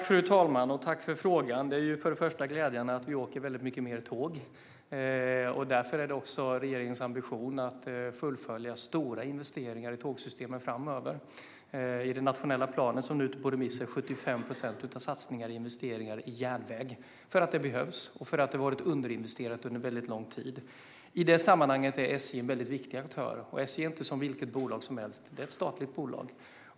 Fru talman! Tack för frågan! Det är till att börja med glädjande att vi åker mycket mer tåg. Därför är det också regeringens ambition att fullfölja stora investeringar i tågsystemen framöver. I den nationella planen, som nu är ute på remiss, är 75 procent av satsningarna investeringar i järnväg. Det behövs för att järnvägen har varit underinvesterad under väldigt lång tid. I det sammanhanget är SJ en viktig aktör. SJ är inte som vilket bolag som helst, utan det är ett statligt bolag.